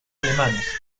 alemanes